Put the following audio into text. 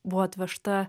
buvo atvežta